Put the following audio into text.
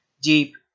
deep